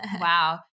Wow